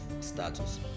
status